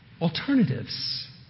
alternatives